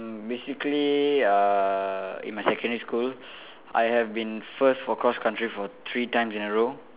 basically uh in my secondary school I have been first for cross country for three times in a row